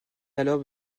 alors